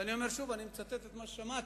ואני אומר שוב, אני מצטט את מה ששמעתי.